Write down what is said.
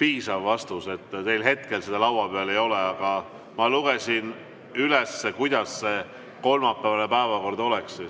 piisav vastus. Teil hetkel seda laua peal ei ole, aga ma lugesin ette, milline see kolmapäevane päevakord oleks.